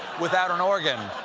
without an organ.